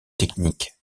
technique